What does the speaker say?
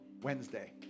Wednesday